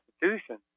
constitution